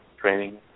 training